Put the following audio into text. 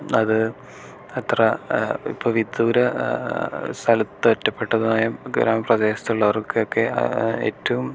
അത് അത്ര ഇപ്പോൾ വിദൂര സ്ഥലത്ത് ഒറ്റപ്പെട്ടതുമായ ഗ്രാമപ്രദേശത്തുള്ളവർക്കൊക്കെ എറ്റവും